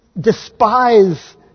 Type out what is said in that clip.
despise